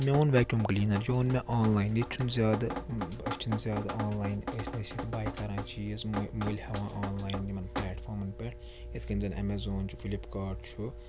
مےٚ اوٚن vacuum cleaner یہِ اوٚن مےٚ آنلاین ییٚتہِ چھُنہٕ زیادٕ أسۍ چھِنہٕ زیادٕ آنلاین ٲسۍ نہ أسۍ ییتہِ باے کَران چیٖز مٔہ مٔلۍ ہیوان آنلاین یِمَن پلیٹفامَن پٮ۪ٹھ یِتھ کٔنۍ زَن ایمیزان چھُ فِلِپکاٹ چھُ